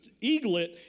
eaglet